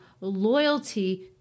loyalty